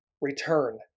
return